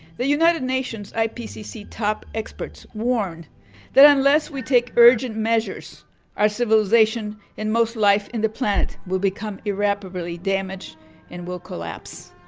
the united nations ipcc top experts warn that unless we take urgent measures our civilization and most life in the planet will become irreparably damaged and will collapse.